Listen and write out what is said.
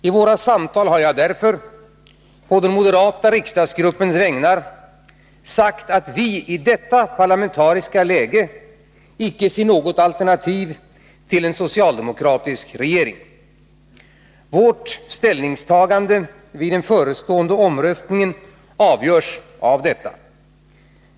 I våra samtal har jag därför, på den moderata riksdagsgruppens vägnar, sagt att vi i detta parlamentariska läge icke ser något alternativ till en socialdemokratisk regering. Vårt ställningstagande vid den förestående omröstningen avgörs av detta.